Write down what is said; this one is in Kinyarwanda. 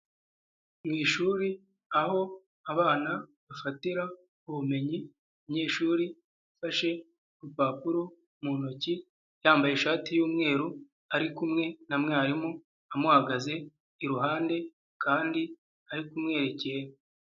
Mu ishuri aho abana bafatira ubumenyi, umunyeshuri afashe urupapuro mu ntoki, yambaye ishati y'umweru ari kumwe na mwarimu amuhagaze iruhande kandi ari kumwerekera.